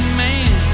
man